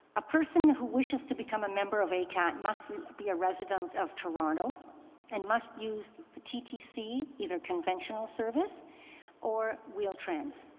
a person who wishes to become a member of acat must really be a resident of toronto and must use the ttc, either conventional service or wheel trans.